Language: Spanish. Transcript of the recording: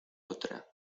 otra